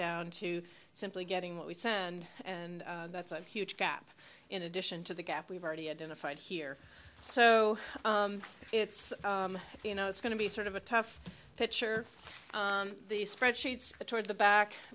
down to simply getting what we send and that's a huge gap in addition to the gap we've already identified here so it's you know it's going to be sort of a tough picture the spreadsheets toward the back